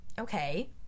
okay